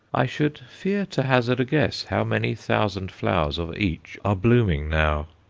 i should fear to hazard a guess how many thousand flowers of each are blooming now.